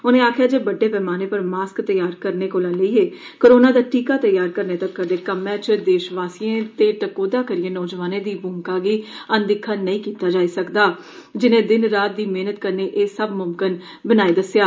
उनें आक्खेआ जे बड्डे पैमाने पर माक्स तैयार करने कोला लेड़यै कोरोना दा टीका तैयार करने तक्कर दे कम्में च देशवासिएं ते टकोहदा करियै नोजवानें दी भूमिका गी अनदिक्खा नेई कीता जाई सकदा जिने दिन रात दी मेहनत कन्नै एह् सब मुमकिन बनाई दस्सेआ